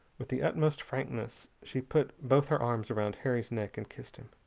with the utmost frankness she put both her arms around harry's neck and kissed him.